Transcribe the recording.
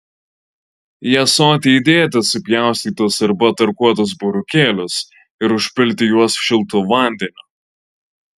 į ąsotį įdėti supjaustytus arba tarkuotus burokėlius ir užpilti juos šiltu vandeniu